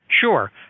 Sure